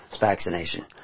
vaccination